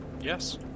Yes